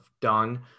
done